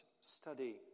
study